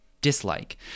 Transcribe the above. dislike